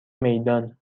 میدان